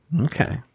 okay